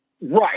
Right